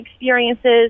experiences